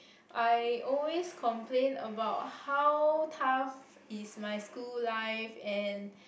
I always I complain about how tough is my school life and